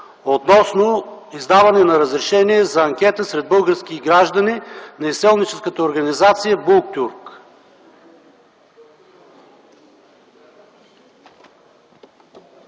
относно издаване на разрешение за анкета сред български граждани на изселническата организация „Бултюрк”.